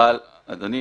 אדוני,